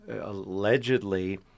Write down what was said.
allegedly